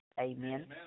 Amen